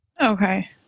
okay